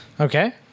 Okay